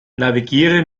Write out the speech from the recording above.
navigiere